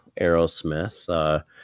Aerosmith